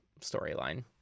storyline